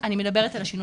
מה זה שנים קודמות?